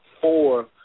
four